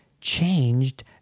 changed